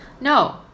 No